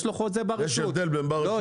יש הבדל בין בר רשות.